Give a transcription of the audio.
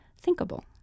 thinkable